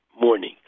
morning